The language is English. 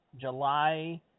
July